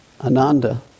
Ananda